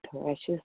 precious